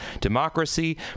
democracy